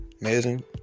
amazing